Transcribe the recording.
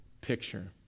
picture